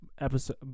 episode